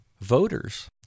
voters